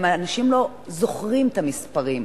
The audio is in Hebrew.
גם אנשים לא זוכרים את המספרים,